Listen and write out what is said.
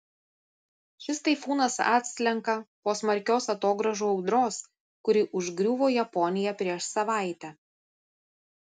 šis taifūnas atslenka po smarkios atogrąžų audros kuri užgriuvo japoniją prieš savaitę